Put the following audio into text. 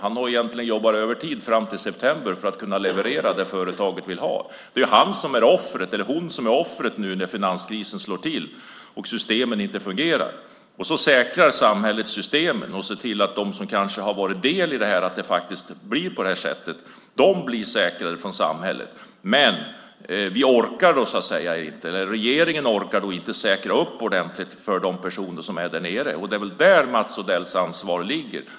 Han har egentligen jobbat övertid fram till september för att kunna leverera det företaget vill ha. Det är han eller hon som är offret nu när finanskrisen slår till och systemen inte fungerar. Så säkrar samhället systemen och ser till att de som kanske har varit delaktiga i krisen blir säkrade av samhället. Men regeringen orkar inte säkra ordentligt för de personer som är där nere. Det är där Mats Odells ansvar ligger.